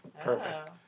Perfect